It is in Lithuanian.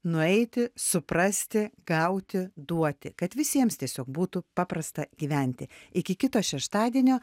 nueiti suprasti gauti duoti kad visiems tiesiog būtų paprasta gyventi iki kito šeštadienio